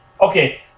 Okay